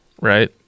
right